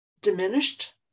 diminished